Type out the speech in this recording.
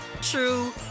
true